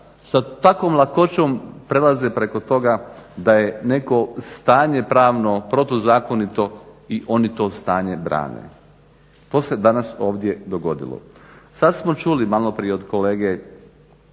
takvom lakoćom prelaze preko toga da je neko stanje pravno protuzakonito i oni to stanje brane. To se danas ovdje dogodilo. Sad smo čuli malo prije od kolege